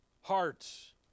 Hearts